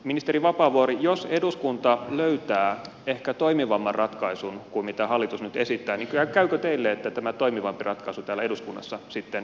ministeri vapaavuori jos eduskunta löytää ehkä toimivamman ratkaisun kuin mitä hallitus nyt esittää niin käykö teille että tämä toimivampi ratkaisu täällä eduskunnassa sitten hyväksytään